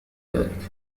ذلك